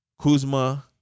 Kuzma